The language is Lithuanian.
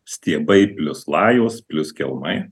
stiebai plius lajos plius kelmai